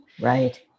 Right